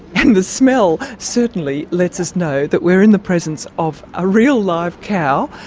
and the smell certainly lets us know that we're in the presence of a real live cow,